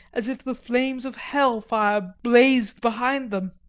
as if the flames of hell-fire blazed behind them.